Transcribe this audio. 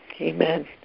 Amen